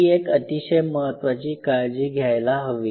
ही एक अतिशय महत्वाची काळजी घ्यायला हवी